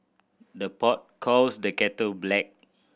the pot calls the kettle black